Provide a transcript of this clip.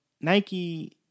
Nike